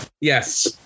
Yes